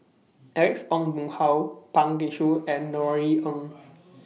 Alex Ong Boon Hau Pang Guek Cheng and Norothy Ng